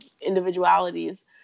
individualities